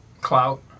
Clout